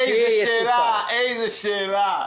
איזו שאלה, איזו שאלה.